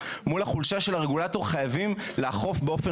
מול החולשה של הרגולטור חייבים לאכוף באופן